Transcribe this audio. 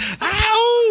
Ow